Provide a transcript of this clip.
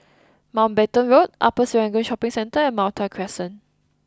Mountbatten Road Upper Serangoon Shopping Centre and Malta Crescent